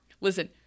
Listen